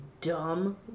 dumb